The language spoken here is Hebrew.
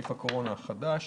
נגיף הקורונה החדש.